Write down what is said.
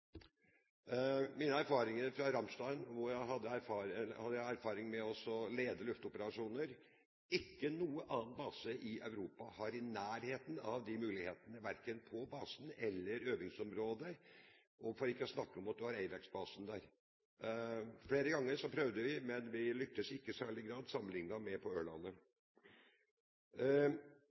mine erfaringer fra Ramstein, hvor jeg ledet luftoperasjoner. Ikke noen annen base i Europa er i nærheten av å ha de mulighetene verken på basen eller øvingsområdet, for ikke å snakke om at man har AWACS-basen der. Flere ganger prøvde vi, men vi lyktes ikke i særlig grad sammenlignet med på